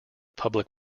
public